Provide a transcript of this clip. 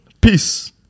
Peace